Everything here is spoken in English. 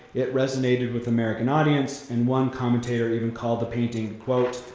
it resonated with american audience, and one commentator even called the painting quote,